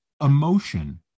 emotion